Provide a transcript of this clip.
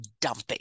dumping